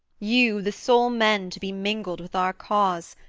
you the sole men to be mingled with our cause,